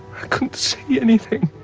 couldn't see anything